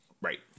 Right